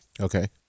Okay